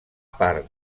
part